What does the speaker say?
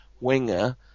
winger